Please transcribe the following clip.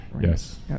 Yes